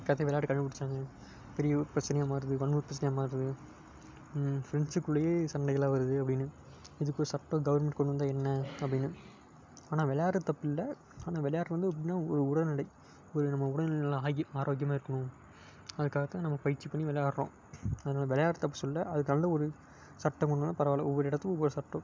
இதுக்காக தான் விளையாட்டு கண்டுப்பிடிச்சாங்க பெரிய பிரச்சனையாக மாறுது வன்ம பிரச்சனையாக மாறுது ஃபிரெண்ட்ஷிப் குள்ளேயே சண்டைகள் எல்லாம் வருது அப்படின்னு இதுக்கு ஒரு சட்டம் கவர்மென்ட் கொண்டு வந்தால் என்ன அப்படின்னு ஆனால் விளையாட்றது தப்பில்லை ஆனால் விளையாட்றது வந்து எப்படின்னா ஒரு உடல்நிலை ஒரு நம்ப உடல்நிலை ஆகி ஆரோக்கியமாக இருக்கணும் அதுக்காக தான் நாம் பயிற்சி பண்ணி விளையாட்டுறோம் அதனால் விளையாட்ட தப்பு சொல்லலை அதுக்கு நல்ல ஒரு சட்டம் கொண்டு வந்தால் பரவாயில்ல ஒவ்வொரு இடத்துக்கும் ஒவ்வொரு சட்டம்